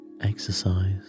exercise